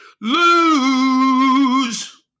lose